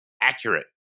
accurate